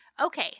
Okay